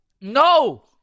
No